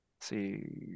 See